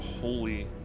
holy